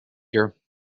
here